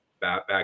back